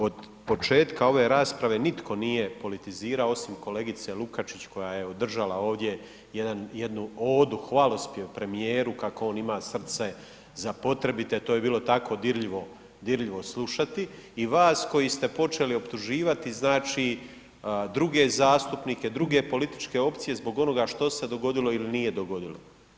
Od početka ove rasprave nitko nije politizirao osim kolegice Lukačić koja je održala ovdje jednu odu, hvalospjev premijer kako on ima srce za potrebite, to je bilo tako dirljivo slušati i vas koji ste počeli optuživati druge zastupnike, druge političke opcije zbog onoga što se dogodilo ili nije dogodilo.